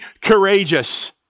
courageous